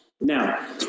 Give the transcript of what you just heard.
Now